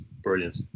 Brilliant